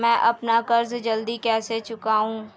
मैं अपना कर्ज जल्दी कैसे चुकाऊं?